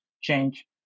change